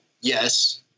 Yes